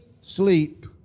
sleep